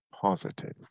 positive